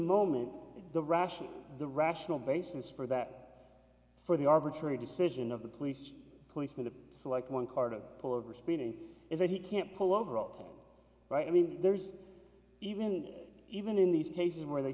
moment the rational the rational basis for that for the arbitrary decision of the police policeman to select one car to pull over speeding is that he can't pull over all right i mean there's even even in these cases where they